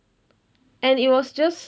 and it was just